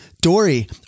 Dory